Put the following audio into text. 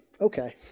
okay